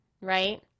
right